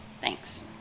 Thanks